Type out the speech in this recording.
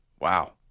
Wow